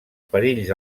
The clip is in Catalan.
perills